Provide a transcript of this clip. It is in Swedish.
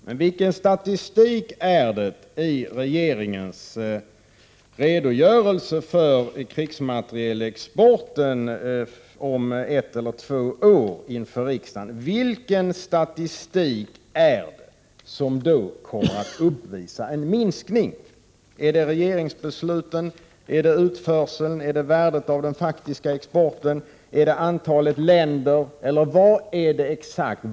Herr talman! Men vilken statistik i regeringens redogörelse för krigsmaterielexporten inför riksdagen om ett eller två år är det som då kommer att uppvisa en minskning? Är det regeringsbesluten? Är det utförseln? Är det värdet av den faktiska exporten? Är det antalet länder? Vad exakt är det?